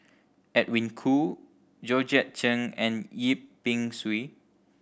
Edwin Koo Georgette Chen and Yip Pin Xiu